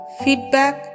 feedback